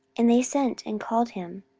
and they sent and called him.